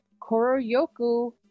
koroyoku